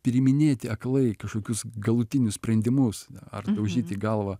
priiminėti aklai kažkokius galutinius sprendimus ar daužyti galvą